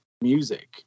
music